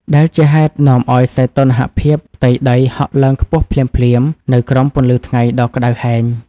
ដែលជាហេតុនាំឱ្យសីតុណ្ហភាពផ្ទៃដីហក់ឡើងខ្ពស់ភ្លាមៗនៅក្រោមពន្លឺថ្ងៃដ៏ក្ដៅហែង។